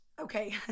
okay